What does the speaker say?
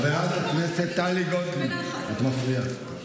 חברת הכנסת טלי גוטליב, את מפריעה.